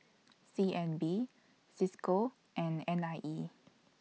C N B CISCO and N I E